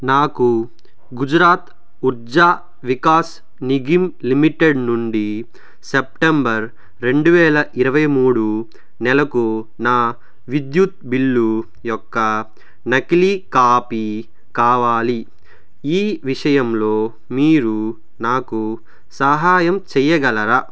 నాకు గుజరాత్ ఉర్జా వికాస్ నిగమ్ లిమిటెడ్ నుండి సెప్టెంబర్ రెండు వేల ఇరవై మూడు నెలకు నా విద్యుత్ బిల్లు యొక్క నకిలీ కాపీ కావాలి ఈ విషయంలో మీరు నాకు సహాయం చేయగలరా